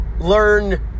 learn